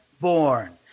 born